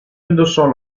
indossò